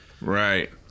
Right